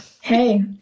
Hey